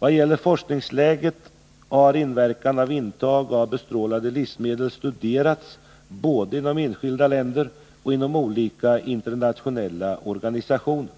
Vad gäller forskningsläget har inverkan av intag av bestrålade livsmedel studerats både inom enskilda länder och inom olika internationella organisationer.